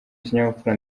kinyabupfura